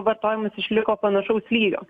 vartojimas išliko panašaus lygio